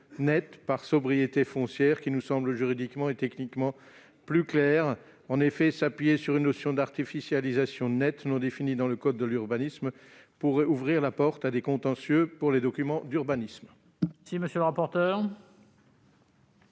de sobriété foncière, qui nous semble juridiquement et techniquement plus claire. En effet, s'appuyer sur une notion d'artificialisation nette non définie dans le code de l'urbanisme pourrait ouvrir la porte à des contentieux portant sur des documents d'urbanisme. Quel est l'avis de